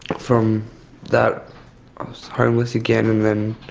from that i was homeless again and then,